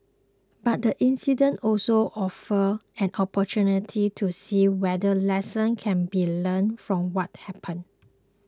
but the incident also offered an opportunity to see whether lessons can be learned from what happened